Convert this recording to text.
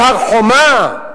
על הר-חומה?